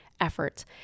efforts